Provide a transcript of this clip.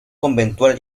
conventual